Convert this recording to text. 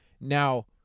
Now